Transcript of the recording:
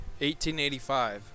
1885